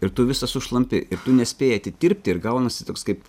ir tu visas sušlampi ir tu nespėjai atitirpti ir gaunasi toks kaip